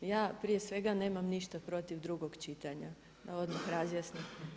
Ja prije svega nemam ništa protiv drugog čitanja, da odmah razjasnim.